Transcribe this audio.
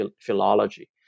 philology